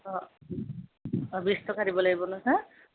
অঁ অঁ বিশটকা দিব লাগিব ন ছাৰ